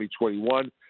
2021